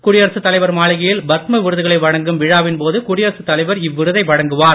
குடியரசுத் தலைவர் மாளிகையில் பத்மவிருதுகளை வழங்கும் விழாவின் போது குடியரசுத் தலைவர் இவ்விருதை வழங்குவார்